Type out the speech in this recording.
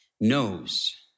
knows